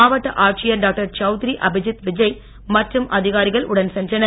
மாவட்ட ஆட்சியர் டாக்டர் சவுத்ரி அபிஜித் விஜய் மற்றும் அதிகாரிகள் உடன் சென்றனர்